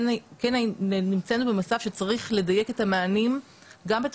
כן נמצאנו במצב שצריך לדייק את המענים גם בתוך